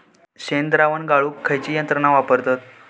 शेणद्रावण गाळूक खयची यंत्रणा वापरतत?